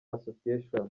association